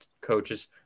coaches